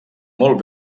molt